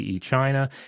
China